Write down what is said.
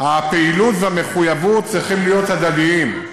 הפעילות והמחויבות צריכות להיות הדדיות,